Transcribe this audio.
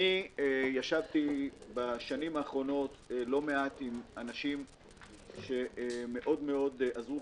נפגשתי בשנים האחרונות לא מעט עם אנשים שמאוד מאוד עזרו,